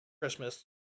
Christmas